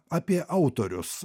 apie autorius